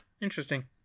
interesting